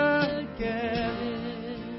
again